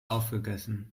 aufgegessen